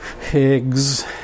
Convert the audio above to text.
Higgs